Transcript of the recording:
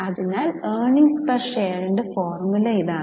അതിനാൽ earnings per ഷെയർന്റെ formula ഇതാണ്